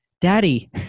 Daddy